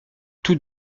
tous